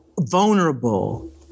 vulnerable